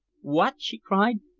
what! she cried.